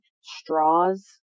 Straws